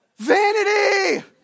Vanity